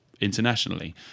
internationally